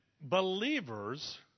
believers